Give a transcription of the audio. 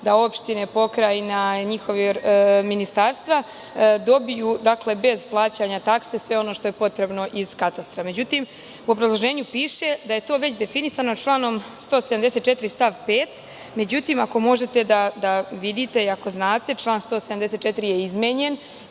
opštine, pokrajina, ministarstva, dobiju bez plaćanja takse, sve ono što je potrebno iz katastra.Međutim, u obrazloženju piše, da je to već definisano članom 174. stav 5. Ako možete da vidite i ako znate, član 174. je izmenjen